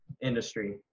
industry